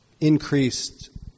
increased